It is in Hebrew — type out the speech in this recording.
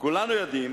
כולנו יודעים